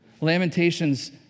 Lamentations